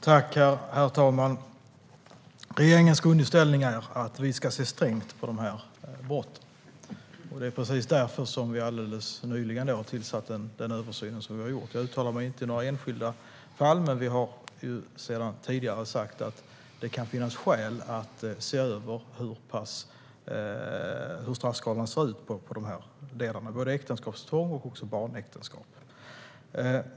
Herr talman! Regeringens grundinställning är att vi ska se strängt på de här brotten, och det är precis därför som vi alldeles nyligen har tillsatt den översyn som vi har gjort. Jag uttalar mig inte i några enskilda fall, men vi har ju sedan tidigare sagt att det kan finnas skäl att se över hur straffskalan ser ut i de här delarna, både för äktenskapstvång och för barnäktenskap.